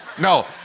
No